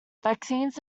vaccines